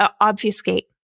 obfuscate